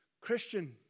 Christian